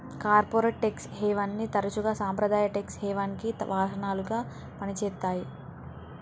corporate tax హెవెన్ని తరచుగా సాంప్రదాయ ట్యేక్స్ హెవెన్కి వాహనాలుగా పనిచేత్తాయి